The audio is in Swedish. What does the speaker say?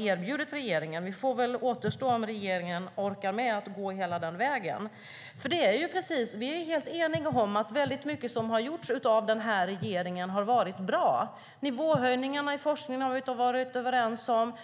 erbjudit regeringen. Det återstår att se om regeringen orkar med att gå hela vägen. Vi är helt eniga om att väldigt mycket som har gjorts av den här regeringen har varit bra. Nivåhöjningarna i forskningen har vi varit överens om.